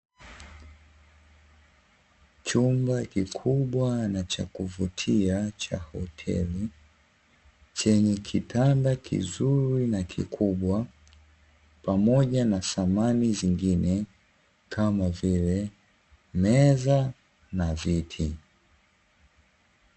Chumba kikubwa na cha kuvutia cha hoteli, chenye kitanda kizuri na kikubwa pamoja na samani zingine kama vile meza na viti.